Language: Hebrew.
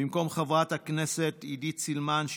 במקום חברת הכנסת עידית סילמן,